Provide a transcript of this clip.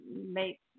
make